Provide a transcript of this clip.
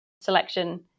selection